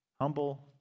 humble